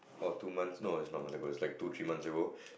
or two months no it's not a month ago like two three months ago